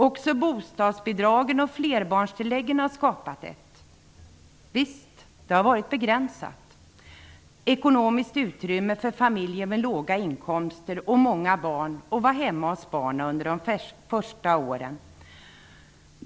Också bostadsbidragen och flerbarnstilläggen har skapat ett -- visst, det har varit begränsat -- ekonomiskt utrymme för familjer med låga inkomster och många barn att vara hemma hos barnen under de första åren.